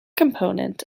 component